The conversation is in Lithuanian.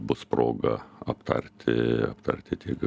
bus proga aptarti aptarti tiek